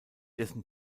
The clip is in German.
dessen